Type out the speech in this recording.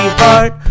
heart